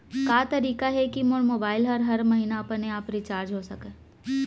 का तरीका हे कि मोर मोबाइल ह हर महीना अपने आप रिचार्ज हो सकय?